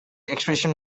expression